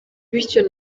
bityo